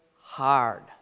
hard